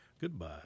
Goodbye